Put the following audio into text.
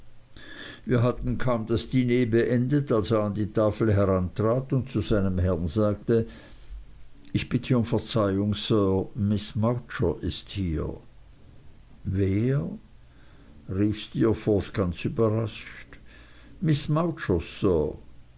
wir hatten kaum das diner beendet als er an die tafel herantrat und zu seinem herrn sagte ich bitte um verzeihung sir miß mowcher ist hier wer rief steerforth ganz überrascht miß